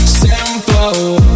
simple